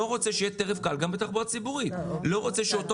לא רוצה שיהיה טרף קל גם בתחבורה הציבורית,